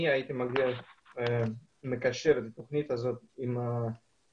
אני הייתי מקשר את התוכנית הזאת עם החברתיות,